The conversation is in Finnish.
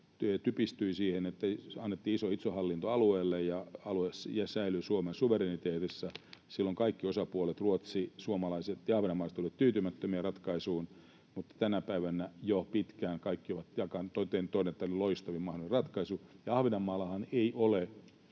typistyi siihen, että annettiin iso itsehallinto alueelle ja alue säilyi Suomen suvereniteetissa. Silloin kaikki osapuolet, Ruotsi, suomalaiset ja ahvenmaalaiset, olivat tyytymättömiä ratkaisuun, mutta tänä päivänä jo pitkään kaikki ovat todenneet, että tämä oli loistavin mahdollinen ratkaisu. Ahvenanmaallahan ei ole